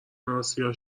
اسیا